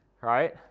Right